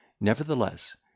Nevertheless